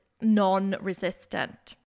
non-resistant